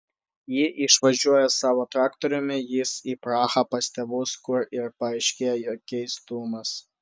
ji išvažiuoja savo traktoriumi jis į prahą pas tėvus kur ir paaiškėja jo keistumas